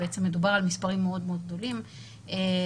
מדובר על מספרים מאוד מאוד גדולים - קשה,